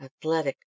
athletic